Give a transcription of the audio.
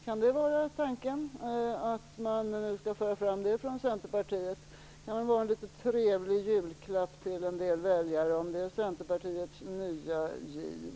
Kan det vara tanken att man skall föra fram det från Centerpartiet? Det kan vara en trevlig julklapp till en del väljare, om det är Centerpartiets nya giv.